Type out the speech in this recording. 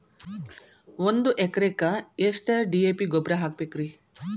ಒಂದು ಎಕರೆಕ್ಕ ಎಷ್ಟ ಡಿ.ಎ.ಪಿ ಗೊಬ್ಬರ ಹಾಕಬೇಕ್ರಿ?